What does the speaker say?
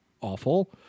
awful